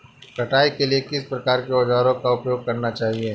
कटाई के लिए किस प्रकार के औज़ारों का उपयोग करना चाहिए?